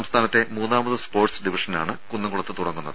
സംസ്ഥാനത്തെ മൂന്നാമത് സ്പോർട്സ് ഡിവിഷനാണ് കുന്നംകുളത്ത് തുടങ്ങുന്നത്